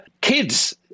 kids